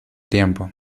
tiempo